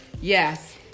Yes